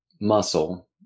muscle